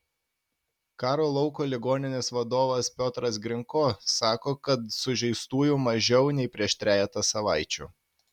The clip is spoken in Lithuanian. karo lauko ligoninės vadovas piotras grinko sako kad sužeistųjų mažiau nei prieš trejetą savaičių